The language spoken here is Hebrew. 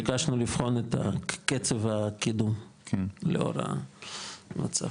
ביקשנו לבדוק את קצב הקידום, לאור המצב.